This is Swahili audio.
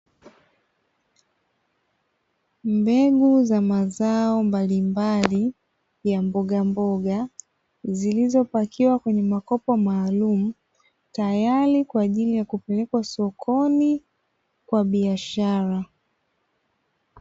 Mbegu za mazao mbalimbali ya mbogamboga zilizopakiwa kwenye makopo maalumu, tayari kwaajili ya kupelekwa sokoni kwa biashara.